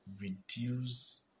reduce